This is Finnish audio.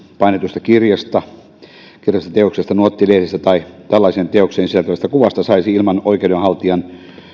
painetusta kirjasta kirjallisesta teoksesta nuottilehdistä tai tällaiseen teokseen sisältyvästä kuvasta saisi ilman oikeudenhaltijan